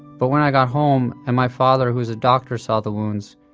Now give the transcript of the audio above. but when i got home, and my father, who is a doctor, saw the wounds,